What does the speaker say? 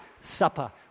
supper